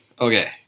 Okay